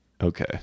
Okay